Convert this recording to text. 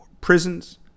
prisons